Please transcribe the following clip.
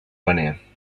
paner